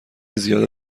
زیاده